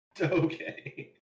Okay